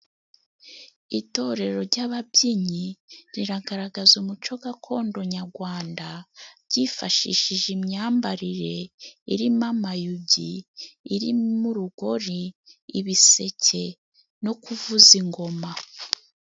Itorero ry'ababyinnyi riragaragaza umuco gakondo nyagwanda ryifashishije imyambarire irimo amayugi, irimo urugori, ibiseke no kuvuza ingoma.